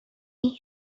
این